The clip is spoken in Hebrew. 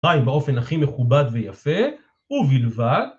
חי באופן הכי מכובד ויפה ובלבד